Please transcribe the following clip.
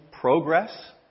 progress